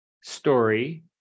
story